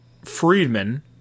Friedman